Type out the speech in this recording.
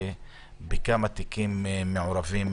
בכמה תיקים מעורבים